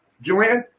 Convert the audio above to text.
Joanne